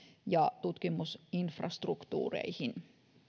ja tutkimusinfrastruktuureihin